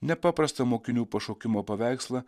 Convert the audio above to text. ne paprastą mokinių pašaukimo paveikslą